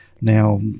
Now